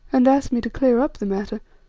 and asked me to clear up the matter.